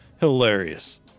Hilarious